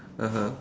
(uh huh)